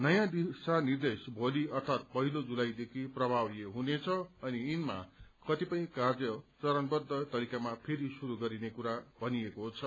नयाँ निर्देश भोलि अर्यात पहिलो जुलाईदेखि प्रभावी हुनेछ अनि यिनमा कतिपय कार्य चरणबछ तरिकामा फेरि श्रुरू गरिने कुरा भनिएको छ